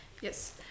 yes